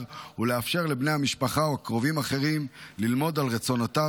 ולאפשר לבני המשפחה או קרובים אחרים ללמוד על רצונותיו.